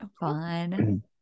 fun